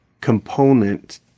component